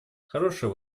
хорошая